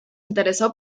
interesó